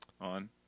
on